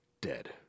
Dead